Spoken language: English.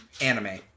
anime